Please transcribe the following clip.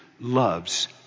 loves